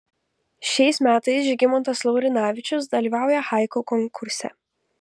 šiais metais žygimantas laurinavičius dalyvauja haiku konkurse